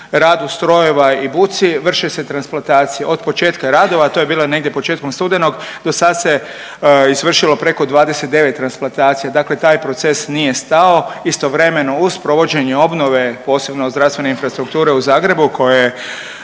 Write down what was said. radu strojeva i buci vrše se transplantacije. Od početka radova, to je bilo negdje početkom studenog do sad se izvršilo preko 29 transplantacija. Dakle, taj proces nije stao. Istovremeno uz provođenje obnove posebno zdravstvene infrastrukture u Zagrebu koja